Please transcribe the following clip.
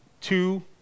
two